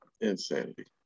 Insanity